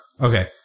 Okay